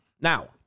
Now